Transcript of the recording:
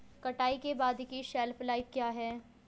कटाई के बाद की शेल्फ लाइफ क्या है?